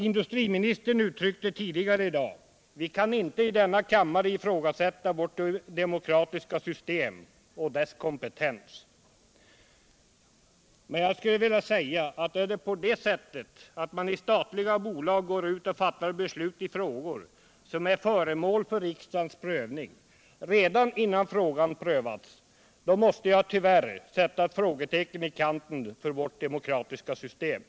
Industriministern framhöll tidigare i dag att vi inte i kammaren kan ifrågasätta vårt demokratiska system och dess kompetens. Men, herr industriminister, om man i statliga bolag fattar beslut i frågor som är föremål för riksdagens prövning redan innan riksdagen fattat beslut, måste jag tyvärr sätta ett frågetecken för vårt demokratiska system.